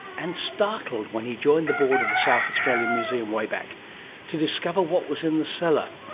and startled when he joined the board of the south australian museum way back to discover what was in the cellar.